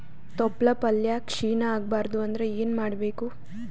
ತೊಪ್ಲಪಲ್ಯ ಕ್ಷೀಣ ಆಗಬಾರದು ಅಂದ್ರ ಏನ ಮಾಡಬೇಕು?